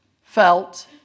felt